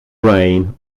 rain